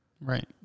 Right